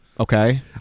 Okay